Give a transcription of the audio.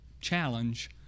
challenge